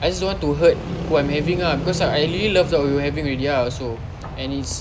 I just don't want to hurt who I'm having ah because I really love what we are having already ah so and it's